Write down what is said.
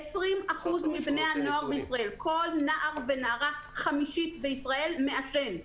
20% מבני הנוער בישראל כל נער ונערה חמישי בישראל מעשן.